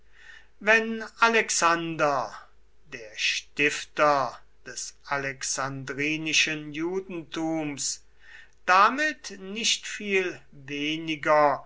wenn alexander der stifter des alexandrinischen judentums damit nicht viel weniger